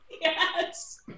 Yes